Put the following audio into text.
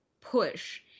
push